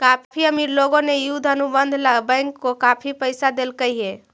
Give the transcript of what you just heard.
काफी अमीर लोगों ने युद्ध अनुबंध ला बैंक को काफी पैसा देलकइ हे